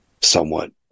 somewhat